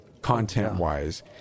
content-wise